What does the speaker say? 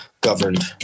governed